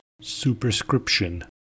Superscription